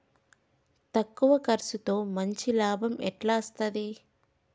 తక్కువ కర్సుతో మంచి లాభం ఎట్ల అస్తది?